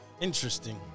Interesting